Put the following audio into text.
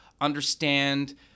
understand